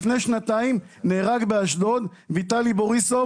לפני שנתיים נהרג באשדוד ויטלי בוריסוב